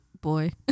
boy